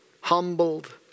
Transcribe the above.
humbled